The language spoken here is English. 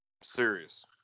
Serious